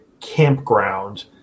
campground